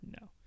no